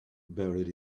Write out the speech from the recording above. buried